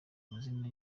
amazina